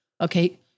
Okay